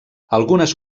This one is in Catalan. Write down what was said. algunes